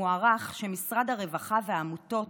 מוערך שמשרד הרווחה ועמותות